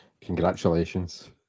Congratulations